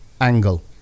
angle